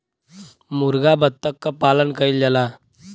मुरगा बत्तख क पालन कइल जाला